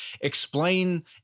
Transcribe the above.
explain